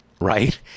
right